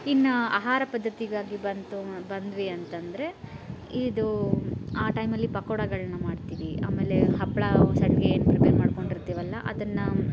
ಇನ್ನು ಆಹಾರ ಪದ್ಧತಿಗಾಗಿ ಬಂತು ಬಂದ್ವಿ ಅಂತಂದರೆ ಇದು ಆ ಟೈಮಲ್ಲಿ ಪಕೋಡಗಳನ್ನ ಮಾಡ್ತೀವಿ ಆಮೇಲೆ ಹಪ್ಪಳ ಸಂಡಿಗೆ ಏನು ಪ್ರಿಪೇರ್ ಮಾಡ್ಕೊಂಡಿರ್ತೀವಲ್ಲ ಅದನ್ನ